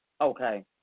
Okay